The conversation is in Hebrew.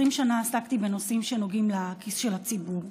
20 שנה עסקתי בנושאים שנוגעים לכיס של הציבור,